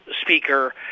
Speaker